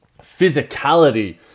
physicality